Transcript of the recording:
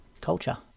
culture